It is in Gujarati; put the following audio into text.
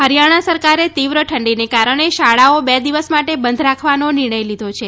હરિયાણા સરકારે તીવ્ર ઠંડીને કારણે શાળાઓ બે દિવસ માટે બંધ રાખવાનો નિર્ણય લીધો છે